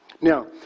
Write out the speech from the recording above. Now